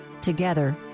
Together